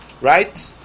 Right